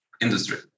industry